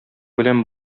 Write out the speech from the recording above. белән